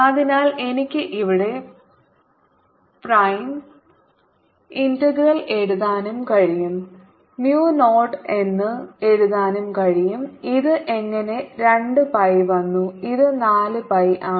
അതിനാൽ എനിക്ക് ഇവിടെ പ്രൈം ഇന്റഗ്രൽ എഴുതാനും കഴിയും mu 0 എന്ന് എഴുതാനും കഴിയും ഇത് എങ്ങനെ 2 പൈ വന്നു ഇത് 4 പൈ ആണ്